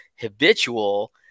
habitual